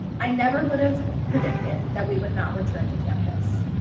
i never would have predicted that we would not return to campus,